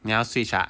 你要 switch ah